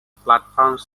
platforms